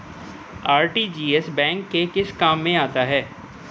RTGS bank के किस काम में आता है?